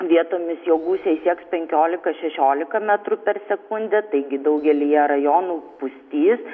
vietomis jo gūsiai sieks penkioliką šešioliką metrų per sekundę taigi daugelyje rajonų pustys